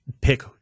pick